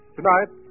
Tonight